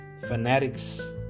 fanatics